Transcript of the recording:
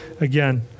again